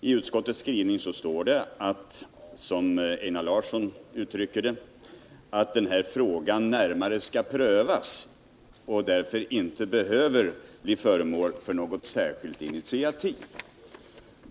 I utskottets skrivning står det, som Einar Larsson nämnde, att utskottet förutsätter att i motionen nämnda spörsmål närmare kommer att prövas och därför inte behöver bli föremål för något särskilt initiativ.